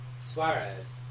Suarez